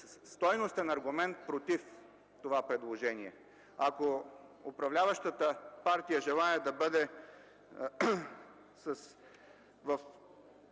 стойностен аргумент против това предложение. Ако управляващата партия желае да бъде в